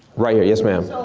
right here, yes ma'am.